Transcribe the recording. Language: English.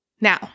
Now